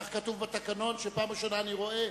כך כתוב בתקנון, שפעם ראשונה אני רואה.